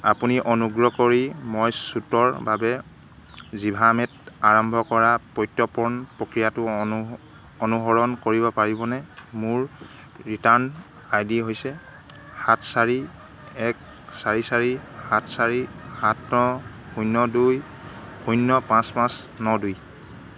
আপুনি অনুগ্ৰহ কৰি মই শ্বুটৰ বাবে জিভামেট আৰম্ভ কৰা পত্য়পন প্ৰক্ৰিয়াটো অনুসৰণ কৰিব পাৰিবনে মোৰ ৰিটাৰ্ণ আই ডি হৈছে সাত চাৰি এক চাৰি চাৰি সাত চাৰি সাত ন শূন্য় দুই শূন্য় পাঁচ পাঁচ ন দুই